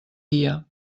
guia